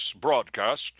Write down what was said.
broadcast